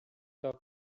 are